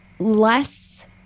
less